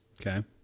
okay